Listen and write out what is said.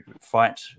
fight